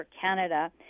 Canada